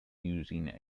using